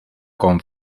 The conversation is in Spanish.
con